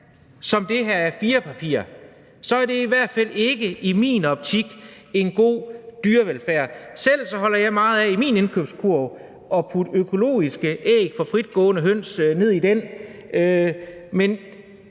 som det her A4-papir, så er det i hvert fald ikke i min optik en god dyrevelfærd. Jeg holder selv meget af at putte økologiske æg fra fritgående høns ned i min